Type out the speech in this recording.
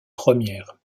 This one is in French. première